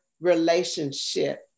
relationship